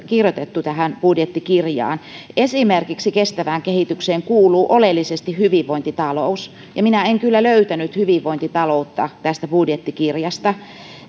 kirjoitettu tähän budjettikirjaan esimerkiksi kestävään kehitykseen kuuluu oleellisesti hyvinvointitalous ja minä en kyllä löytänyt hyvinvointitaloutta tästä budjettikirjasta